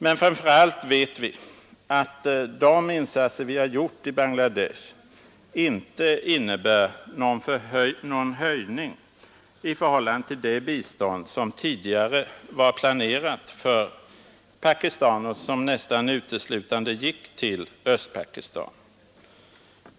Men framför allt vet vi att de insatser vi har gjort i Bangladesh inte innebär någon höjning i förhållande till det bistånd som tidigare var planerat för Pakistan och som nästan uteslutande gick till Östpakistan.